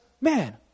man